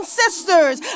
sisters